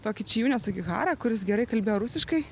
tokį čijunę sugiharą kuris gerai kalbėjo rusiškai